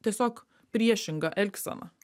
tiesiog priešingą elgseną